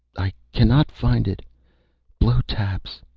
i cannot find it blow taps.